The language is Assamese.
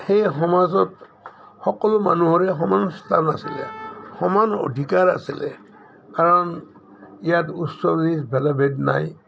সেই সমাজত সকলো মানুহৰে সমান স্থান আছিলে সমান অধিকাৰ আছিলে কাৰণ ইয়াত উচ্চ নিচ ভেদাভেদ নাই